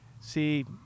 see